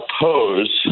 oppose